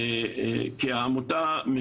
העמותה,